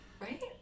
Right